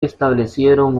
establecieron